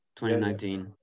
2019